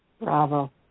Bravo